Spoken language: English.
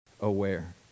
aware